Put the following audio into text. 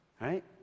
Right